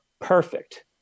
perfect